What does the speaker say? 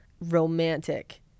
romantic